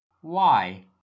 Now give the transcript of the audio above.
Why